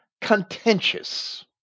contentious